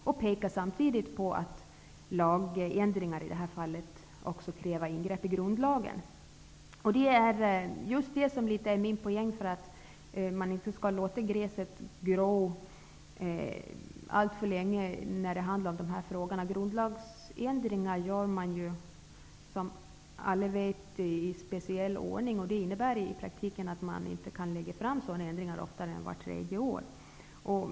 Han pekar samtidigt på att lagändringar i det här fallet också kräver ingrepp i grundlagen. Det här är litet av min poäng. Man skall inte låta gräset gro alltför länge när det handlar om dessa frågor. Grundlagsändringar görs, som alla vet, i speciell ordning. Det innebär i praktiken att sådana ändringar inte kan göras oftare än vart tredje år.